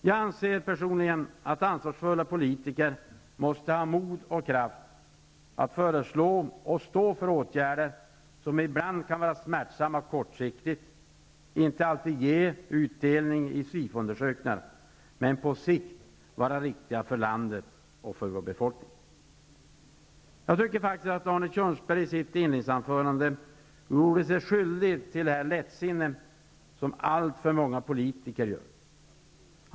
Jag anser personligen att ansvarsfulla politiker måste ha mod och kraft att föreslå och stå för åtgärder som ibland kan vara smärtsamma kortsiktigt, inte alltid ge utdelning i SIFO-undersökningar men på sikt vara riktiga för landet och för vår befolkning. Jag tycker faktiskt att Arne Kjörnsberg i sitt inledningsanförande gjorde sig skyldig till det lättsinne som alltför många politiker hänger sig åt.